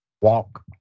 walk